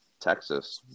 Texas